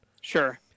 Sure